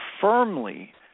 firmly